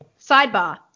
sidebar